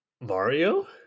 Mario